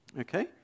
okay